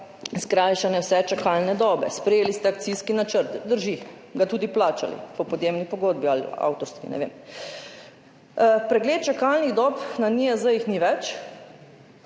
skrajšane vse čakalne dobe. Sprejeli ste akcijski načrt, drži, ga tudi plačali po podjemni pogodbi ali avtorski, ne vem. Pregled čakalnih dob – na NIJZ jih ni več,